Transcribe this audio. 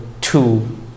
two